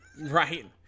Right